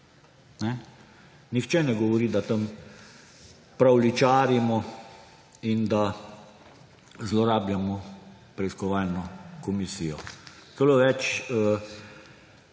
Nihče ne govori, da tam pravljičarimo in da zlorabljamo preiskovalno komisijo. Veliko